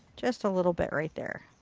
just a little bit right there.